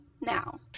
now